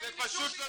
זה פשוט לא נכון.